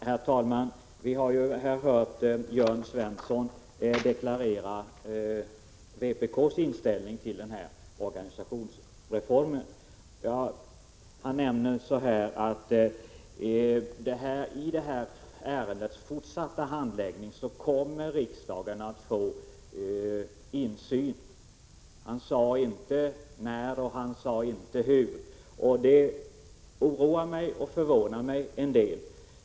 Herr talman! Vi har här hört Jörn Svensson deklarera vpk:s inställning till organisationsreformen. Han sade att i det här ärendets fortsatta handläggning kommer riksdagen att få insyn. Han sade inte när, och han sade inte hur. Det oroar mig och förvånar mig en del.